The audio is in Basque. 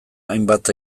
hainbat